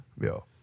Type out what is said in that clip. yo